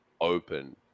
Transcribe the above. open